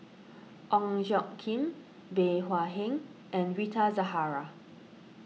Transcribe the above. Ong Tjoe Kim Bey Hua Heng and Rita Zahara